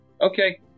Okay